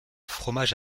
fromage